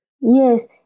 Yes